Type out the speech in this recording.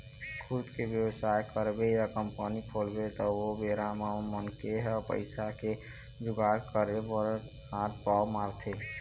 खुद के बेवसाय करबे या कंपनी खोलबे त ओ बेरा म मनखे ह पइसा के जुगाड़ करे बर हात पांव मारथे